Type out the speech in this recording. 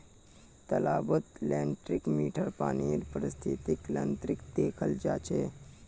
तालाबत लेन्टीक मीठा पानीर पारिस्थितिक तंत्रक देखाल जा छे